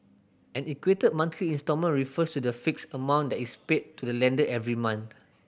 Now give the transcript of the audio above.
an equated monthly instalment refers to the fixed amount that is paid to the lender every month